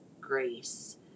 grace